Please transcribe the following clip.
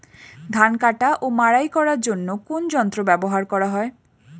ধান কাটা ও মাড়াই করার জন্য কোন যন্ত্র ব্যবহার করা হয়?